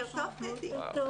אנחנו